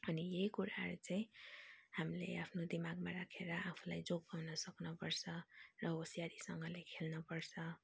अनि यही कुराहरू चाहिँ हामीले आफ्नो दिमागमा राखेर आफूलाई जोगाउन सक्नुपर्छ र होसियारीसँगले खेल्नपर्छ